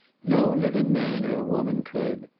no living man or woman could.